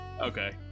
Okay